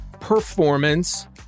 performance